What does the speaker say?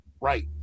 right